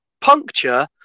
puncture